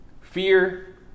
fear